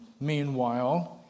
meanwhile